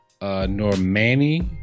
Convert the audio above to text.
Normani